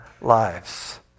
lives